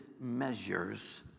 measures